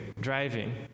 driving